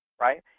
right